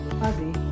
fuzzy